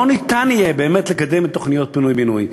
לא ניתן יהיה לקדם את תוכניות פינוי-בינוי.